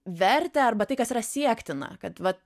vertę arba tai kas yra siektina kad vat